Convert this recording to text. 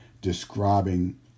describing